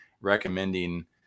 recommending